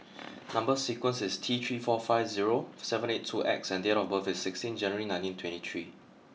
number sequence is T three four five zero seven eight two X and date of birth is sixteen January nineteen twenty three